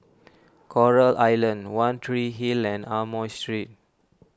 Coral Island one Tree Hill and Amoy Street